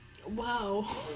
Wow